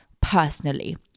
personally